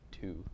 two